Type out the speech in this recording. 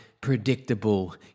predictable